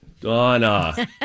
Donna